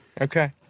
Okay